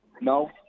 No